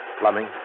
Plumbing